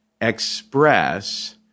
express